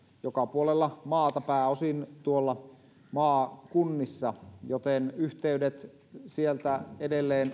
joka puolella maata pääosin tuolla maakunnissa joten yhteydet sieltä edelleen